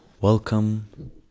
welcome